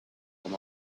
com